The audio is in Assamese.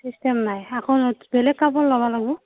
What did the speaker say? চিষ্টেম নাই আকৌ বেলেগ কাপোৰ ল'বা লাগব